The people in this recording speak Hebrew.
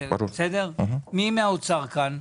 מי מהאוצר כאן?